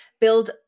build